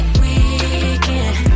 weekend